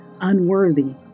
unworthy